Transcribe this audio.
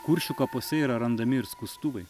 kuršių kapuose yra randami ir skustuvai